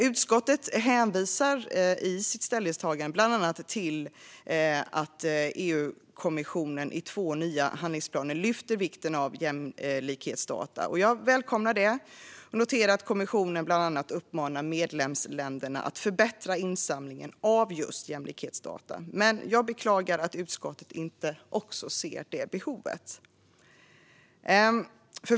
Utskottet hänvisar i sitt ställningstagande bland annat till att EU-kommissionen i två nya handlingsplaner lyfter fram vikten av jämlikhetsdata. Jag välkomnar det och noterar att kommissionen bland annat uppmanar medlemsländerna att förbättra insamlingen av just jämlikhetsdata. Men jag beklagar att utskottet inte också ser detta behov.